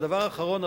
הדבר האחרון,